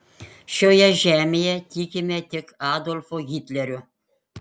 šioje žemėje tikime tik adolfu hitleriu